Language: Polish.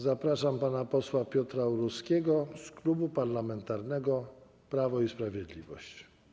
Zapraszam pana posła Piotra Uruskiego z Klubu Parlamentarnego Prawo i Sprawiedliwość.